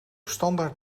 standaard